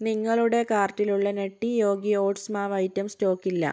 നിങ്ങളുടെ കാർട്ടിലുള്ള Nutty Yogi oats മാവ് ഐറ്റം സ്റ്റോക്കില്ല